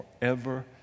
forever